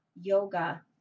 yoga